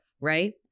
right